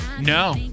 No